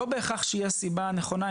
לא בהכרח שהיא הסיבה הנכונה.